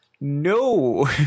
No